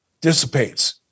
dissipates